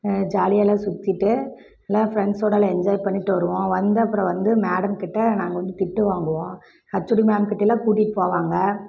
ஜாலியாலாம் சுற்றிட்டு எல்லாம் ஃப்ரெண்ட்ஸோடெலாம் என்ஜாய் பண்ணிட்டு வருவோம் வந்து அப்புறம் வந்து மேடம் கிட்ட நாங்கள் வந்து திட்டு வாங்குவோம் ஹச்ஓடி மேம் கிட்டேயெல்லாம் கூட்டிகிட்டு போவாங்க